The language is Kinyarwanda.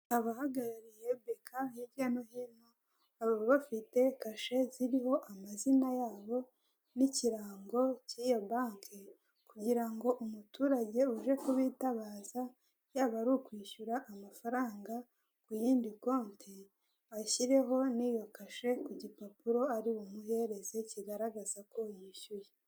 Abahagariye BK hirya no hino, baba bafite kashe ziriho amazina yabo n'ikirango cy'iyo banke, kugirango umuturage uje kubitabaza, yaba ar'ukwishyura amafaranga ku yindi konte, ashyireho niyo kashe ku gipapuro ari bumuhereze kigaragaza ko yishyuye.